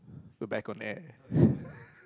we're back on air